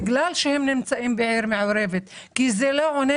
בגלל שהם נמצאים בעיר מעורבת וזה לא עונה